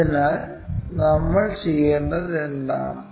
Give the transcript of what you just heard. അതിനാൽ നമ്മൾ ചെയ്യേണ്ടത് എന്താണ്